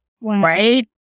right